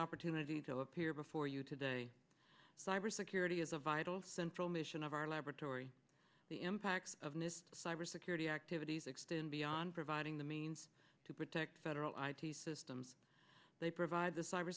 opportunity to appear before you today cyber security is a vital central mission of our laboratory the impacts of this cyber security activities extend beyond providing the means to protect federal system they provide the cyber